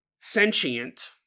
sentient